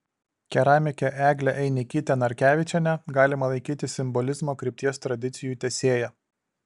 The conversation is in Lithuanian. keramikę eglę einikytę narkevičienę galima laikyti simbolizmo krypties tradicijų tęsėja